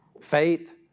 Faith